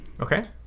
Okay